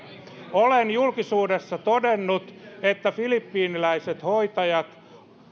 olen julkisuudessa todennut että filippiiniläiset hoitajat